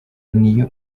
niyo